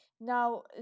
now